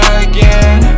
again